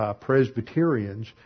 Presbyterians